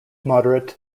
moderate